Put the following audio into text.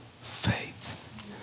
faith